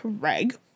Craig